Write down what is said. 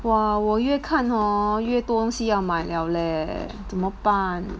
!wah! 我越看 hor 越多东西要买 liao leh 怎么办